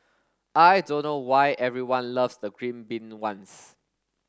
I don't know why everyone loves the green bean ones